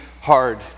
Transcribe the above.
hard